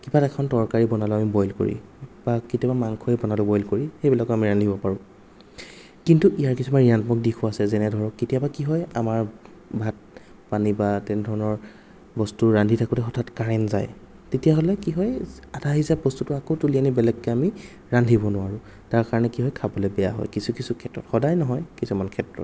কিবা এখন তৰকাৰী বনালোঁ আমি বইল কৰি বা কেতিয়াবা মাংসই বনালোঁ বইল কৰি সেইবিলাকো আমি ৰান্ধিব পাৰোঁ কিন্তু ইয়াৰ কিছুমান ঋণাত্মক দিশো আছে যেনে ধৰক কেতিয়াবা কি হয় আমাৰ ভাত পানী বা তেনে ধৰণৰ বস্তু ৰান্ধি থাকোতে হঠাৎ কাৰেণ্ট যায় তেতিয়াহ'লে কি হয় আধা সিজা বস্তুটো আকৌ তুলি আনি বেলেগকে আমি ৰান্ধিব নোৱাৰোঁ তাৰ কাৰণে কি হয় খাবলৈ বেয়া হয় কিছু কিছু ক্ষেত্ৰত সদায় নহয় কিছুমান ক্ষেত্ৰত